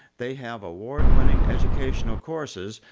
they have award-winning educational courses,